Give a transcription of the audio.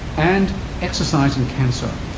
and exercise and cancer.